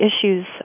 issues